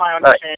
Right